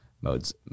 modes